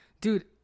Dude